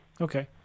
Okay